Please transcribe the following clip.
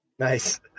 Nice